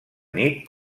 nit